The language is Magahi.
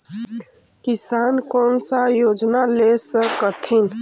किसान कोन सा योजना ले स कथीन?